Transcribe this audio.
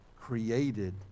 created